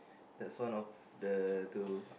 that's one of the two